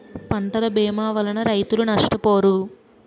పంటల భీమా వలన రైతులు నష్టపోరు